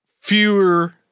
fewer